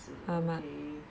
okay